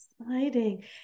Exciting